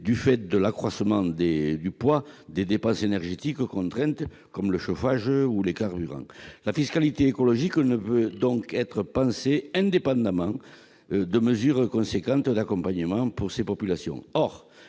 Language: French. du fait de l'accroissement du poids des dépenses énergétiques contraintes, comme le chauffage ou les carburants. La fiscalité écologique ne peut donc être pensée indépendamment d'importantes mesures d'accompagnement pour ces populations.